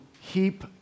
heap